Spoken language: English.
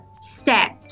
steps